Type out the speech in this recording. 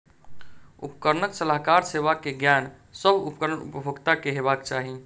उपकरणक सलाहकार सेवा के ज्ञान, सभ उपकरण उपभोगता के हेबाक चाही